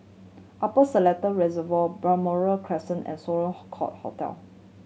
Upper Seletar Reservoir Balmoral Crescent and Sloane Court Hotel